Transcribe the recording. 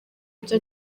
ibyo